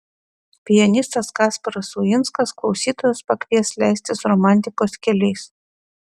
pianistas kasparas uinskas klausytojus pakvies leistis romantikos keliais